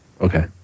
okay